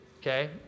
Okay